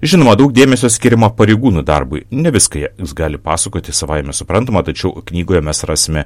žinoma daug dėmesio skiriama pareigūnų darbui ne viską jie gali pasakoti savaime suprantama tačiau knygoje mes rasime